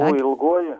u ilgoji